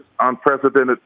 unprecedented